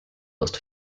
most